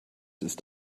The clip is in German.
ist